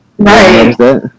Right